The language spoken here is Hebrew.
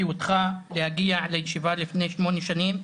אותך להגיע לישיבה לפני שמונה שנים,